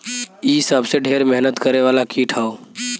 इ सबसे ढेर मेहनत करे वाला कीट हौ